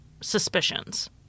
suspicions